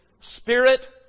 spirit